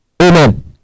Amen